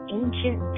ancient